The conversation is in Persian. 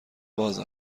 باز